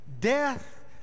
death